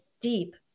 deep